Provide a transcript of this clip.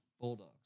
Bulldogs